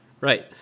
Right